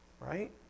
right